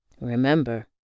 Remember